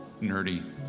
nerdy